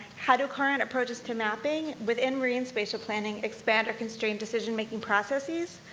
how do current approaches to mapping within marine spatial planning, expand or constrain decision-making processes?